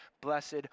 Blessed